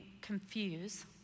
confuse